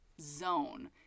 zone